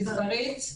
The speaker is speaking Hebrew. הסגנית,